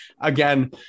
again